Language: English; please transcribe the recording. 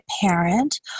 parent